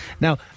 Now